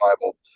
Bible